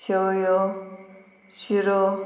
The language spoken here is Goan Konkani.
शेवयो शिरो